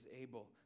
able